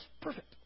perfect